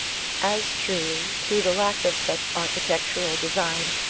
as truly, to the lack of such architectural design,